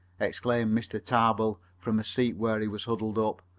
exclaimed mr. tarbill, from a seat where he was huddled up.